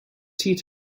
tea